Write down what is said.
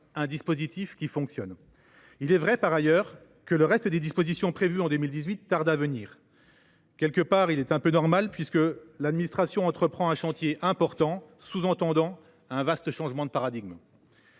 un dispositif qui fonctionne. Il est vrai que le reste des dispositions prévues en 2018 tardent à venir. Quelque part, ce retard est normal puisque l’administration entreprend un chantier important, sous tendant un vaste changement de paradigme.